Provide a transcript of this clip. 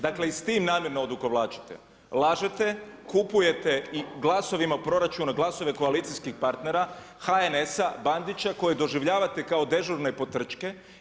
Dakle, i s tim namjerno odugovlačite, lažete, kupuje i glasovima proračuna glasove koalicijskih partnera, HNS-a, Bandića koje doživljavate kao dežurne potrčke.